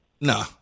No